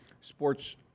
Sports